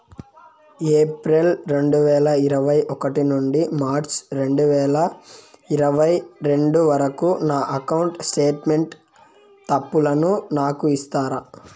April రెండు వేల ఇరవై ఒకటి నుండి మార్చ్ రెండు వేల ఇరవై రెండు వరకు నా అకౌంట్ స్టేట్మెంట్ తప్పులను నాకు ఇస్తారా?